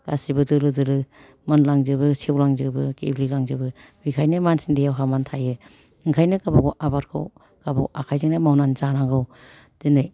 गासिबो दोलो दोलो मोनलांजोबो सेवलांजोबो गेब्लेलांजोबो बेखायनो मानसिनि देहायाव हाबनानै थायो ओंखायनो गावबा गाव आबादखौ गावबा गाव आखाइजोंनो मावनानै जानांगौ दिनै